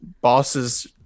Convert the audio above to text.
bosses